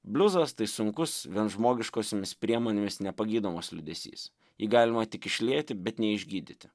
bliuzas tai sunkus vien žmogiškosiomis priemonėmis nepagydomas liūdesys jį galima tik išlieti bet neišgydyti